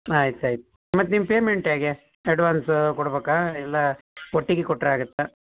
ಆಯ್ತು ಆಯ್ತು ಮತ್ತು ನಿಮ್ಮ ಪೇಮೆಂಟ್ ಹೇಗೆ ಎಡ್ವಾನ್ಸ್ ಕೊಡಬೇಕಾ ಇಲ್ಲ ಒಟ್ಟಿಗೆ ಕೊಟ್ರೆ ಆಗುತ್ತ